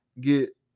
get